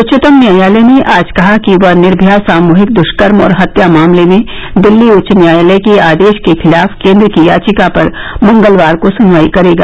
उच्चतम न्यायालय ने आज कहा कि वह निर्भया सामूहिक दृष्कर्म और हत्या मामले में दिल्ली उच्च न्यायालय के आदेश के खिलाफ केन्द्र की याचिका पर मंगलवार को सुनवाई करेगा